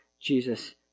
Jesus